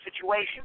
situation